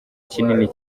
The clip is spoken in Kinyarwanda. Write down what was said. kinini